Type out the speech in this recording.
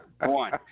one